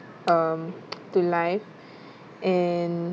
um to life and